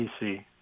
PC